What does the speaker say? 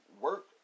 work